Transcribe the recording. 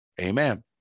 Amen